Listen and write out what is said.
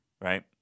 right